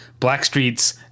Blackstreet's